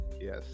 Yes